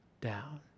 down